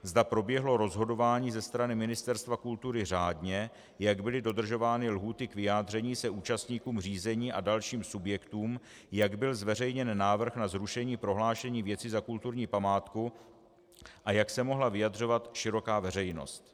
Zda proběhlo rozhodování ze strany Ministerstva kultury řádně, jak byly dodržovány lhůty k vyjádření se účastníkům řízení a dalším subjektům, jak byl zveřejněn návrh na zrušení prohlášení věci za kulturní památku a jak se mohla vyjadřovat široká veřejnost.